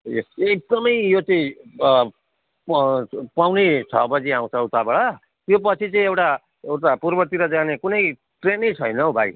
उयस एकदमै यो चाहिँ प पउने छ बजी आउँछ उताबाट त्योपछि चाहिँ एउटा उता पूर्वतिर जाने कुनै ट्रेनै छैन हौ भाइ